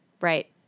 Right